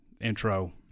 intro